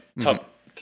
Top